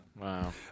Wow